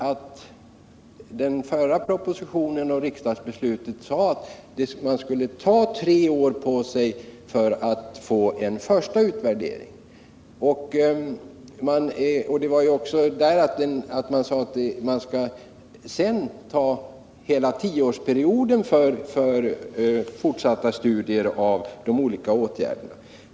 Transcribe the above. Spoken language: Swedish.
I den förra propositionen och riksdagsbeslutet sades det att man skulle ta tre år på sig att få till stånd den första utvärderingen. Det sades också att en tioårsperiod skulle ägnas åt forsatta studier av de olika åtgärderna.